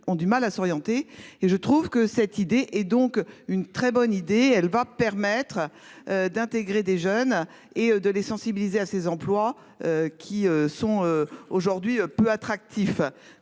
ont du mal à s'orienter. Et je trouve que cette idée est donc une très bonne idée. Elle va permettre. D'intégrer des jeunes et de les sensibiliser à ces emplois. Qui sont aujourd'hui peu attractif